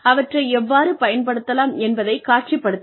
அவற்றை எவ்வாறு பயன்படுத்தலாம் என்பதை காட்சிப்படுத்துங்கள்